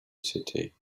city